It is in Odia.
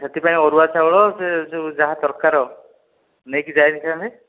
ସେହିଥିପାଇଁ ଅରୁଆ ଚାଉଳ ସେ ସବୁ ଯାହା ଦରକାର ନେଇକି ଯାଇଥିବା ଆମେ